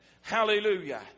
hallelujah